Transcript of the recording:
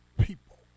people